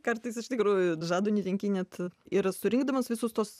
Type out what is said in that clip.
kartais iš tikrųjų žado netenki net ir surinkdamas visus tuos